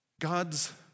God's